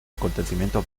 acontecimiento